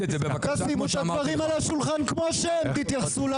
למה אתה אומר שאין פה נכים פיזיים?